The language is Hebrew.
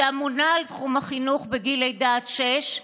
שממונה על תחום החינוך מגיל לידה עד גיל שש,